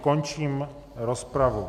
Končím rozpravu.